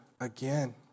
again